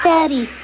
Daddy